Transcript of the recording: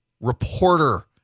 reporter